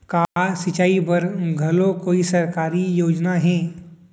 का सिंचाई बर घलो कोई सरकारी योजना हे?